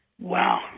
Wow